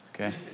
okay